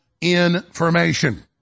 information